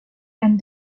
and